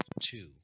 two